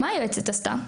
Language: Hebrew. מה היועצת עשתה?